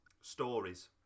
stories